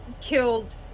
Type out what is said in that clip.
killed